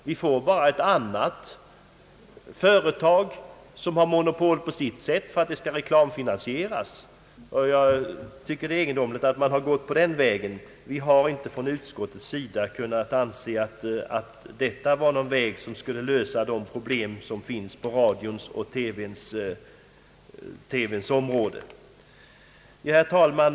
Vi får bara ett annat företag som får monopol på sitt sätt därför att det blir reklamfinansierat. Jag tycker att det är egendomligt att reservanterna har slagit in på den vägen. Utskottsmajoriteten har inte kunnat anse att det skulle vara ett sätt att lösa de problem som finns på radions och TV:s område. Herr talman!